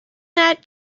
that